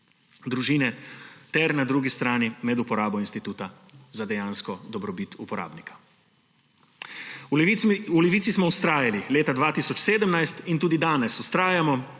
družine ter na drugi strani med uporabo instituta za dejansko dobrobit uporabnika. V Levici smo vztrajali leta 2017 in tudi danes vztrajamo,